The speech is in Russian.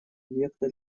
объекта